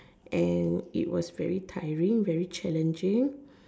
and it was very tiring very challenging